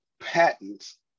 patents